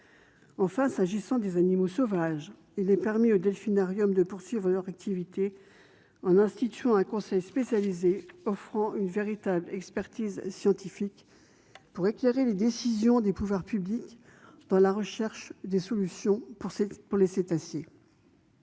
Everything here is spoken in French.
Enfin, s'agissant des animaux sauvages, il est permis aux delphinariums de poursuivre leur activité, moyennant la création d'un conseil spécialisé offrant une véritable expertise scientifique pour éclairer les décisions des pouvoirs publics dans le cadre de la recherche de solutions pour les cétacés.